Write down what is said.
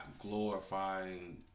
glorifying